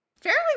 Fairly